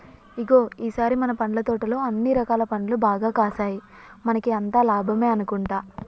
ఇగో ఈ సారి మన పండ్ల తోటలో అన్ని రకాల పండ్లు బాగా కాసాయి మనకి అంతా లాభమే అనుకుంటా